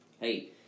Hey